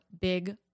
big